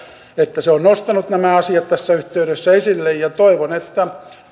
että se on nostanut nämä asiat tässä yhteydessä esille ja toivon että